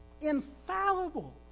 Infallible